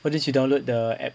what didn't you download the app